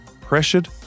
pressured